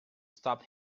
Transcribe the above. stop